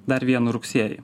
dar vienu rugsėjį